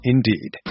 Indeed